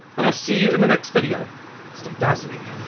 and i'll see you in the next video stay dazzling